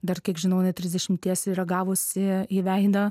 dar kiek žinau net trisdešimties yra gavusi į veidą